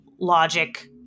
logic